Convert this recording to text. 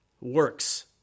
works